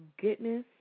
goodness